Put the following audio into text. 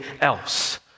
else